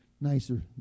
nicer